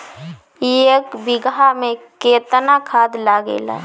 एक बिगहा में केतना खाद लागेला?